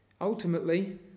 Ultimately